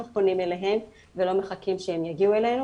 אנחנו פונים אליהם ולא מחכים שהם יגיעו אלינו